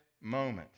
moment